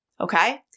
Okay